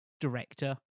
director